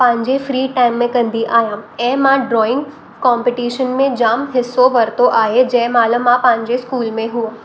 पंहिंजे free time में कंदी आहियां ऐं मां ड्रॉइंग कॉम्पिटीशन में जाम हिसो वरितो आहे जंहिं महिल मां पंहिंजे स्कूल में हुअमि